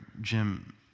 Jim